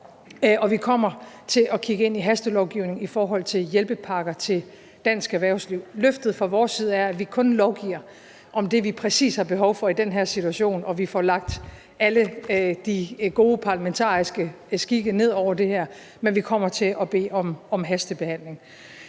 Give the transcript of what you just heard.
vi kommer til at kigge ind i hastelovgivning i forhold til hjælpepakker til dansk erhvervsliv. Løftet fra vores side er, at vi kun lovgiver om det, vi præcis har behov for i den her situation, og at vi får lagt alle de gode parlamentariske skikke ned over det her, men vi kommer til at bede om hastebehandling.